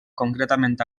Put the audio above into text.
concretament